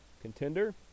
contender